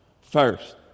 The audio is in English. First